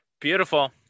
Beautiful